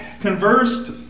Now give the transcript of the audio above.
conversed